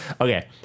Okay